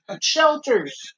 shelters